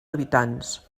habitants